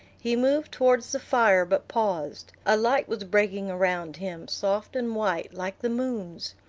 he moved towards the fire, but paused a light was breaking around him, soft and white, like the moon's.